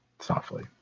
Softly